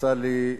יצא לי,